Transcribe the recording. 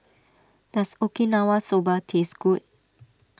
does Okinawa Soba taste good